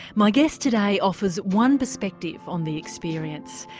my guest today offers one perspective on the experience.